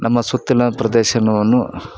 ನಮ್ಮ ಸುತ್ತಲಿನ ಪ್ರದೇಶವನ್ನು